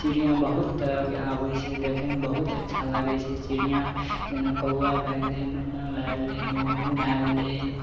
चिड़िआ बहुत तरहके आबै छै देखैमे बहुत अच्छा लागै छै चिड़िआ जेना कौआ भऽ गेलै मैना भऽ गेलै बोगुलो भऽ गेलै